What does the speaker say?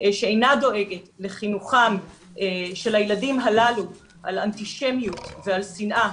שאינה דואגת לחינוכם של הילדים הללו על אנטישמיות ועל שנאה